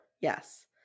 yes